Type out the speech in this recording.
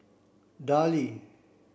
Darlie